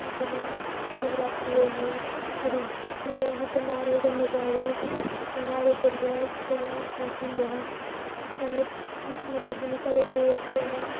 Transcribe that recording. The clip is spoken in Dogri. जि'यां शिवरात्रि होई गेई मतलब असें भंडारे करने चाहि्दे भंडारे करियै भगवान खुश होंदे न अहें मतलब जि'यां साढ़े देवते न